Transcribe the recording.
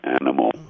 animal